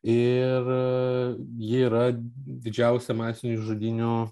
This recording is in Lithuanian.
ir ji yra didžiausia masinių žudynių